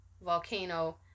volcano